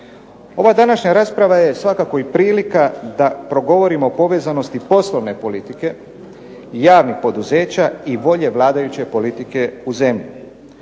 Ova današnja rasprava je svakako i prilika da progovorimo o povezanosti poslovne politike javnih poduzeća i volje vladajuće politike u zemlji,